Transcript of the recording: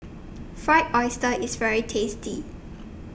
Fried Oyster IS very tasty